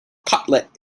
cutlet